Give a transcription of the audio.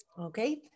Okay